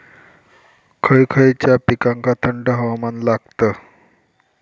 खय खयच्या पिकांका थंड हवामान लागतं?